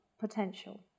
potential